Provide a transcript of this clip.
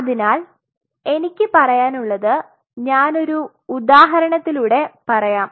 അതിനാൽ എനിക്ക് പറയാൻ ഉള്ളത് ഞാൻ ഒരു ഉദാഹരണത്തിലൂടെ പറയാം